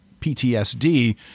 ptsd